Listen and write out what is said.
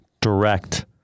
direct